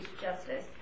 justice